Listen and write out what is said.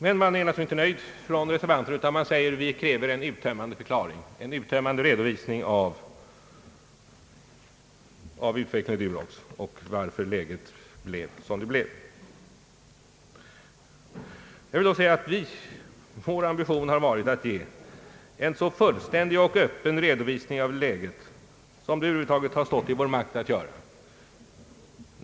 Men reservanterna är inte nöjda utan kräver en uttömmande redovisning av utvecklingen i Durox och en förklaring till att läget blev som det blev. Jag vill då säga att vår ambition har varit att ge en så fullständig och öppen redovisning av läget som det över huvud taget har stått i vår makt att ge.